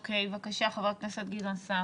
בבקשה, חבר הכנסת גדעון סער.